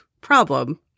problem